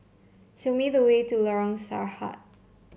show me the way to Lorong Sarhad